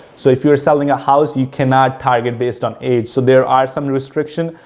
so, if you're selling a house, you cannot target based on age. so, there are some restriction,